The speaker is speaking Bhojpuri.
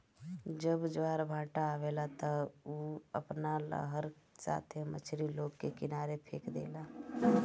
जब ज्वारभाटा आवेला त उ अपना लहर का साथे मछरी लोग के किनारे फेक देला